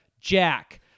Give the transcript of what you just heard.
Jack